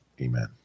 Amen